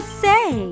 say